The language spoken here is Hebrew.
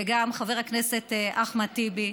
וגם חבר הכנסת אחמד טיבי.